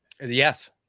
Yes